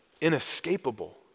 inescapable